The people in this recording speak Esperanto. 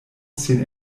sin